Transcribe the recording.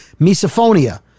Misophonia